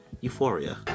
Euphoria